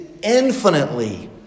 infinitely